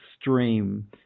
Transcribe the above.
stream